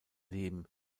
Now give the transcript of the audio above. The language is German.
leben